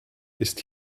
ist